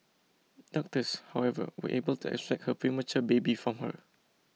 doctors however were able to extract her premature baby from her